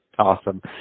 Awesome